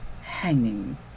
Hanging